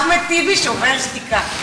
אחמד טיבי שומר שתיקה.